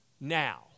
now